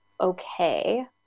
okay